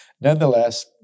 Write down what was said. Nonetheless